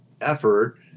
effort